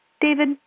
David